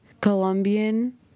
colombian